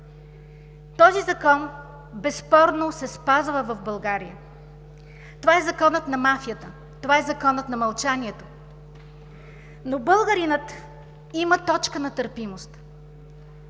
Този закон безспорно се спазва в България. Това е законът на мафията, това е законът на мълчанието, но българинът има точка на търпимост,